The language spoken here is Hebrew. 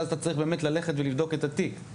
שאז אתה צריך באמת ללכת ולבדוק את התיק,